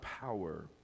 power